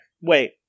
Wait